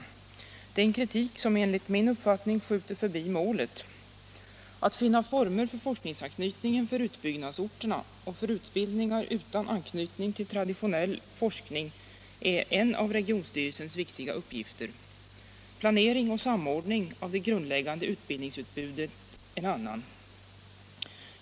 Det är en kritik som enligt min mening skjuter förbi målet. Att finna former för forskningsanknytning för utbyggnadsorterna och för utbildningar utan anknytning till traditionell forskning är en av regionsstyrelsernas viktiga uppgifter. Planering och samordning av det grundläggande utbildningsutbudet är en annan.